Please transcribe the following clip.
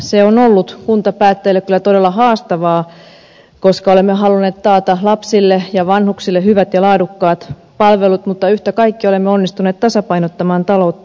se on ollut kuntapäättäjille kyllä todella haastavaa koska olemme halunneet taata lapsille ja vanhuksille hyvät ja laadukkaat palvelut mutta yhtä kaikki olemme onnistuneet tasapainottamaan taloutta